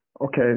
Okay